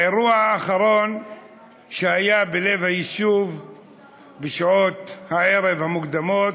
האירוע האחרון היה בלב היישוב בשעות הערב המוקדמות.